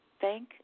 thank